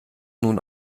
nun